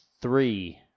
Three